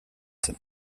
zen